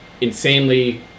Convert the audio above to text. insanely